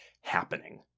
happening